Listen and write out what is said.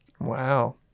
Wow